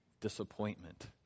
Disappointment